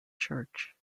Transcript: church